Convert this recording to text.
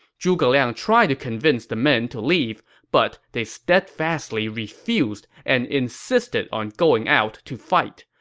zhuge liang tried to convince the men to leave, but they steadfastly refused and insisted on going out to fight.